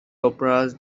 operas